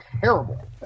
terrible